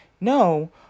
no